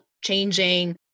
changing